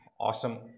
Awesome